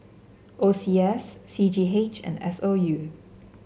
O C S C G H and S O U